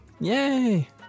Yay